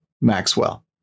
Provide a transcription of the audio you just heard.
Maxwell